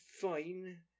Fine